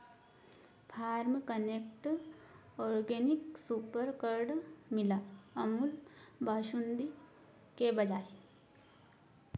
farm connect organic super curd मिला अमूल बासुंदी के बजाय